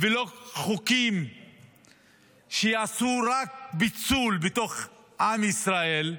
ולא חוקים שיעשו פיצול בתוך עם ישראל.